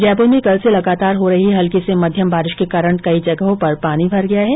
जयपुर में कल से लगातार हो रही हल्की से मध्यम बारिश के कारण कई जगहों पर पानी भर गया है